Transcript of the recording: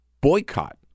Boycott